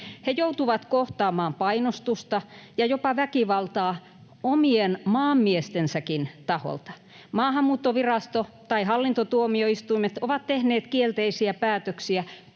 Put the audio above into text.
He joutuvat kohtaamaan painostusta ja jopa väkivaltaa omien maanmiestensäkin taholta. Maahanmuuttovirasto tai hallintotuomioistuimet ovat tehneet kielteisiä päätöksiä